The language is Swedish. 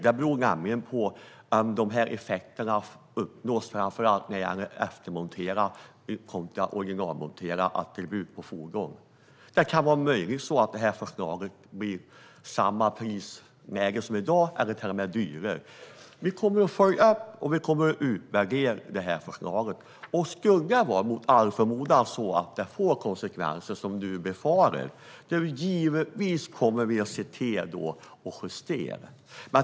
Det beror nämligen på om effekterna uppnås, framför allt vad gäller eftermontering kontra originalmontering av attribut på fordon. Möjligen blir det samma prisläge som i dag eller till och med dyrare. Vi kommer att följa upp och utvärdera förslaget, och skulle det mot all förmodan få de konsekvenser som du befarar kommer vi givetvis att justera.